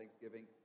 Thanksgiving